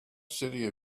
city